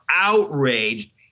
outraged